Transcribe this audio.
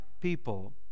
people